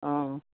অঁ